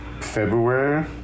February